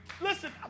Listen